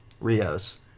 Rios